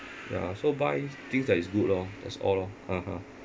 ya so buy things that is good lor that's all lor ha ha